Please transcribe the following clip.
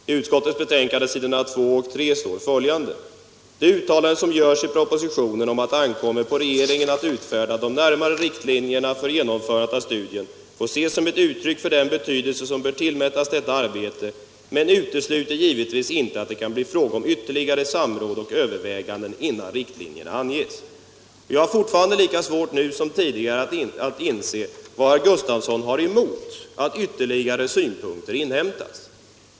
I utskottsbetänkandet står följande på s. 2-3: ”Det uttalande som görs i propositionen om att det ankommer på regeringen att utfärda de närmare riktlinjerna för genomförandet av studien får ses som ett uttryck för den betydelse som bör tillmätas detta arbete men utesluter givetvis inte att det kan bli fråga om ytterligare samråd och överväganden innan riktlinjerna anges.” Jag har lika svårt nu som tidigare att inse vad herr Gustavsson har emot att ytterligare synpunkter inhämtas.